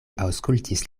aŭskultis